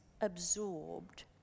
absorbed